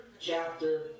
chapter